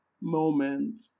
moment